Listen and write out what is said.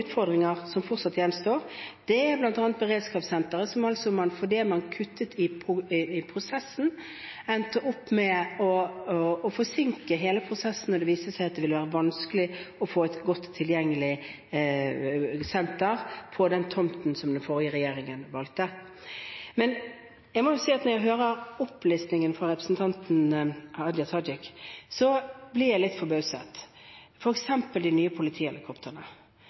utfordringer som fortsatt gjenstår. Det er bl.a. beredskapssenteret, hvor man fordi man kuttet i prosessen, endte opp med å forsinke hele prosessen, da det viste seg at det ville være vanskelig å få et godt tilgjengelig senter på den tomten som den forrige regjeringen valgte. Men når jeg hører opplistingen fra representanten Hadia Tajik, blir jeg litt forbauset, f.eks. når det gjelder de nye politihelikoptrene.